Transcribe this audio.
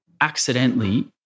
accidentally